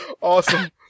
Awesome